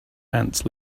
ants